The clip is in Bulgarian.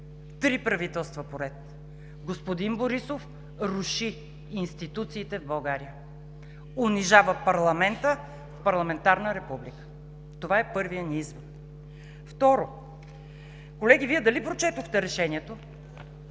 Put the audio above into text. три правителства по ред господин Борисов руши институциите в България, унижава парламента в парламентарна република. Това е първият ни извод. Второ, колеги, Вие дали прочетохте решението